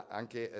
anche